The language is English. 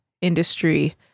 industry